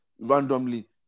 Randomly